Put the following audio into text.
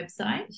website